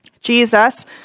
Jesus